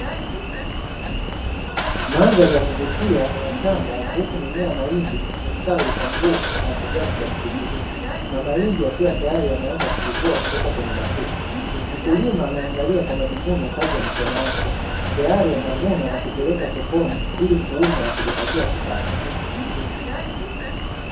Mandhari ya kuvutia ya shamba huku mimea ya mahindi imestawi kwa nguvu na kujaa kijani kibichi, na mahindi yakiwa tayari yameanza kuchipua kutoka kwenye mashina. Mkulima anaangalia kwa majivuno kazi ya mikono yake tayari amevuna kupeleka sokoni, ili kuuza na kujipatia kipato.